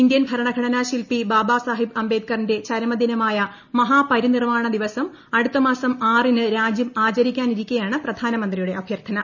Indian ഭരണഘടനാ ശിൽപി ബാബാസാഹിബ് അംബേദ്കറിന്റെ ചരമദിനമായ മഹാ പരിനിർവാണ ദിവസം അടുത്ത മ്യൂസം ആറിന് രാജ്യം ആചരിക്കാനിരിക്കെയാണ് പ്രധാനമന്ത്രിയുടെ അഭ്യർഥന